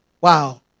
Wow